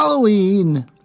Halloween